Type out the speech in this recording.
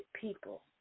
people